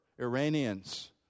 Iranians